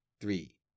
three